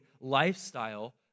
lifestyle